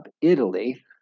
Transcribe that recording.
Italy